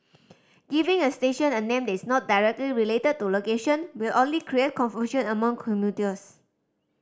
giving a station a name is not directly related to location will only create confusion among commuters